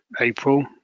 April